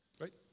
right